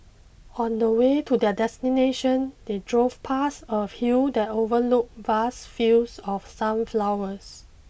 on the way to their destination they drove past a hill that overlooked vast fields of sunflowers